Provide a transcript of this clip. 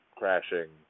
crashing